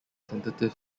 tentative